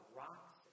rocks